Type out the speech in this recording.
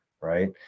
right